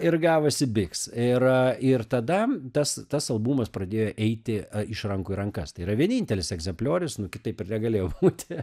ir gavosi biks ir ir tada tas tas albumas pradėjo eiti iš rankų į rankas tai yra vienintelis egzempliorius nu kitaip ir negalėjo būti